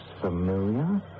familiar